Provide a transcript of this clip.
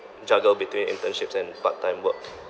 juggle between internships and part time work